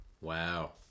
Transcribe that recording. Wow